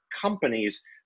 companies